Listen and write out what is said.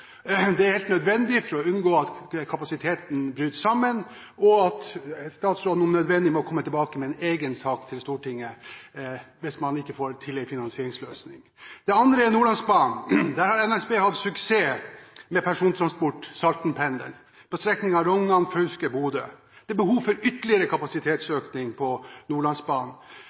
Det er helt nødvendig for å unngå at kapasiteten bryter sammen, og statsråden må om nødvendig komme tilbake med en egen sak til Stortinget hvis man ikke får til en finansieringsløsning. Det andre er Nordlandsbanen. Der har NSB hatt suksess med persontransport på Saltenpendelen, på strekningen Rognan–Fauske–Bodø. Det er behov for ytterligere kapasitetsøkning på Nordlandsbanen.